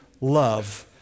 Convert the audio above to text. love